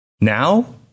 now